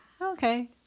Okay